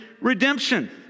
redemption